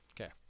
Okay